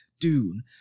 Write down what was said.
dune